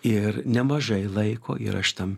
ir nemažai laiko ir aš tam